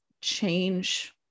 change